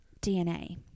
DNA